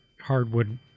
hardwood